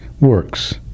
works